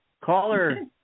Caller